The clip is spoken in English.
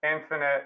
infinite